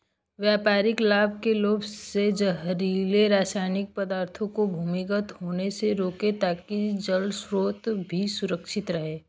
व्यापारिक लाभ के लोभ से जहरीले रासायनिक पदार्थों को भूमिगत होने से रोकें ताकि जल स्रोत भी सुरक्षित रहे